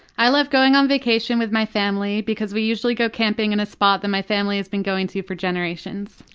i love going on vacation with my family, because we usually go camping in a spot that my family has been going to for generations.